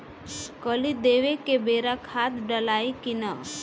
कली देवे के बेरा खाद डालाई कि न?